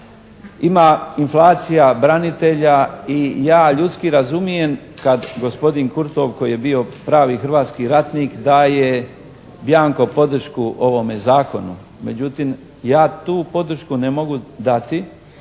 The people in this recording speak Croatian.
ima inflacija branitelja i ja ljudski razumijem kad gospodin Kurtov koji je bio pravi hrvatski ratnik daje bjanko podršku ovome Zakonu, međutim ja tu podršku ne mogu dati.